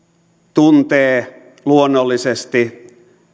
tuntee luonnollisesti